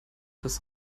das